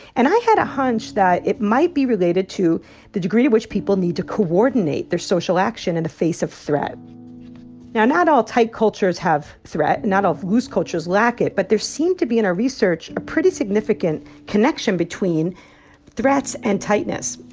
and i had a hunch that it might be related to the degree to which people need to coordinate their social action in the face of threat now, not all tight cultures have threat, and not all loose cultures lack it. but there seemed to be in our research a pretty significant connection between threats and tightness.